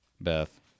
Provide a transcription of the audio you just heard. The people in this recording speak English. Beth